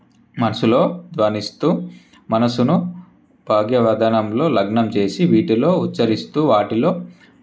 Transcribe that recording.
మనసులో ధ్వనిస్తూ మనసును భాగ్య వదనంలో లగ్నం చేసి వీటిలో ఉచ్చరిస్తూ వాటిలో